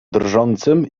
drżącym